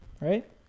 Right